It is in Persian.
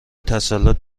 تسلط